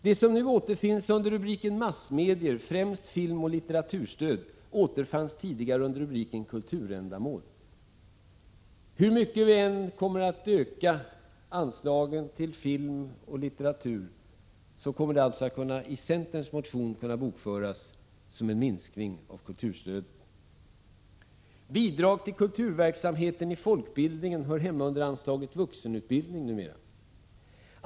Det som nu återfinns under rubriken Massmedier, främst filmoch litteraturstöd, återfanns tidigare under rubriken Kulturändamål. Hur mycket anslagen till film och litteratur än ökas kommer det alltså i centerns motion att kunna bokföras som en minskning av kulturstödet. Bidrag till kulturverksamheten i folkbildningen hör numera hemma under anslaget Vuxenutbildning.